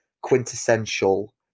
quintessential